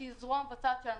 שהיא זרוע מבצעת שלנו,